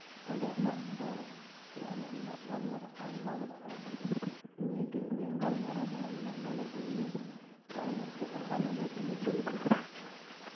ᱚᱸᱰᱮᱱᱟᱜ ᱨᱚᱲ ᱥᱮ ᱚᱸᱰᱮᱱᱟᱜ ᱜᱟᱞᱢᱟᱨᱟᱣ ᱟᱢ ᱵᱟᱢ ᱵᱟᱲᱟᱭᱟ ᱱᱤᱭᱟᱹᱜᱮ ᱤᱧᱟᱹᱝ ᱜᱟᱞᱢᱟᱨᱟᱣ ᱛᱟᱦᱮᱸ ᱞᱮᱱᱟ ᱱᱚᱰᱮᱜᱮ ᱤᱧᱟᱹᱜ ᱜᱟᱞᱢᱟᱨᱟᱣ ᱥᱮ ᱠᱟᱛᱷᱟ ᱱᱚᱰᱮᱜᱮ ᱢᱩᱪᱟᱹᱫ ᱮᱱᱟ